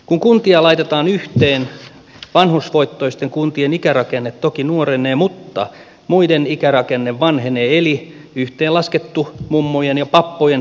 kun kuntia laitetaan yhteen vanhusvoittoisten kuntien ikärakenne toki nuorenee mutta muiden ikärakenne vanhenee eli yhteenlaskettu mummojen ja pappojen määrä ei muutu